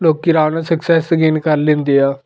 ਲੋਕ ਅਰਾਮ ਨਾਲ ਸਕਸੈਸ ਗੇਨ ਕਰ ਲੈਂਦੇ ਆ